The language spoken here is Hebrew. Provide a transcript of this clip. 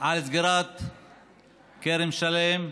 על סגירת כרם שלם.